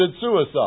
suicide